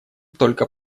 только